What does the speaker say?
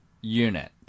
unit